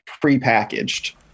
pre-packaged